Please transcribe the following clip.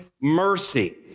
mercy